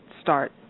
start